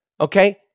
Okay